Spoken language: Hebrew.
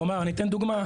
כלומר, אני אתן דוגמה.